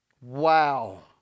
wow